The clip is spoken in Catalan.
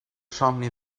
somni